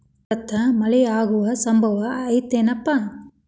ಇವತ್ತ ಮಳೆ ಆಗು ಸಂಭವ ಐತಿ ಏನಪಾ?